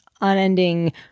unending